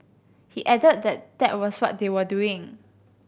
he added that that was what they were doing